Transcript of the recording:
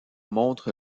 montre